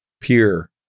peer